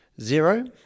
zero